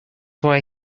why